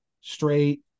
straight